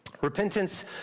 Repentance